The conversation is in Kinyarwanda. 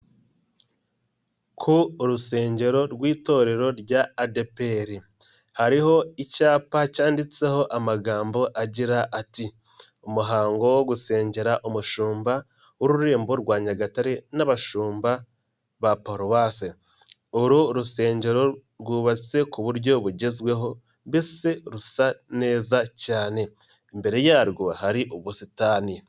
Ku rusengero rw'itorero rya adeperi hariho icyapa cyanditseho amagambo agira ati umuhango wo gusengera umushumba w'ururembo rwa Nyagatare n'abashumba ba paruwase uru rusengero rwubatse ku buryo bugezweho mbese rusa neza cyane imbere yarwo hari ubusitani.